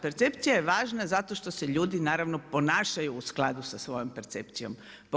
Percepcija je važna zato što se ljudi naravno ponašaju u skladu sa svojom percepcijom.